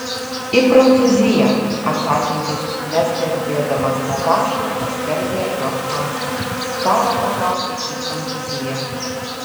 į prancūziją atsakė jis mestelėdamas natašai į sterblę jos pasą sara patraukė į prancūziją